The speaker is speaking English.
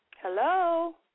Hello